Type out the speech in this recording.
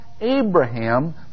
Abraham